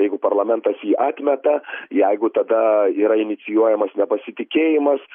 jeigu parlamentas jį atmeta jeigu tada yra inicijuojamas nepasitikėjimas